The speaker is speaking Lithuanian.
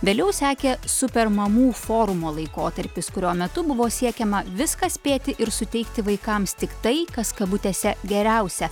vėliau sekė super mamų forumo laikotarpis kurio metu buvo siekiama viską spėti ir suteikti vaikams tiktai kas kabutėse geriausia